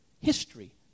History